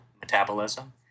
metabolism